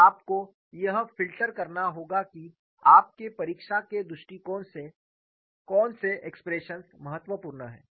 और आपको यह फ़िल्टर करना होगा कि आपके परीक्षा के दृष्टिकोण से कौन से एक्सप्रेशंस महत्वपूर्ण हैं